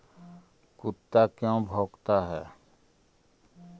कुत्ता क्यों भौंकता है?